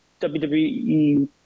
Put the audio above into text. WWE –